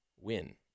win